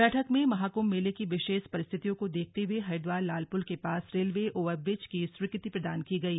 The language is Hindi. बैठक में महाकृम्भ मेले की विशेष परिस्थितियों को देखते हुये हरिद्दार लाल पुल के पास रेलवे ओवर ब्रिज की स्वीकृति प्रदान की गयी